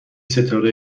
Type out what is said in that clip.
ستاره